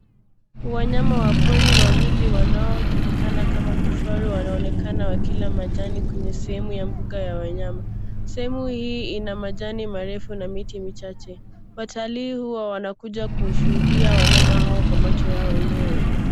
Wanyama wa pori wawili wanaojulikana kama kifaru wanaonekana wakila majani kwenye sehemu ya mbuga ya wanyama. Sehemu hii ina majani marefu na miti michache. Watalii huwa wanakuja kushuhudia wanyama hao kwa macho yao wenyewe.